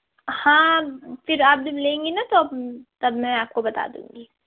ہاں پھر آپ جب لیں گی نا تو تب میں آپ کو بتا دوں گی